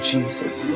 Jesus